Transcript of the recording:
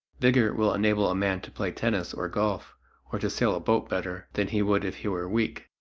vigor will enable a man to play tennis or golf or to sail a boat better than he would if he were weak.